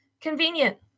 Convenient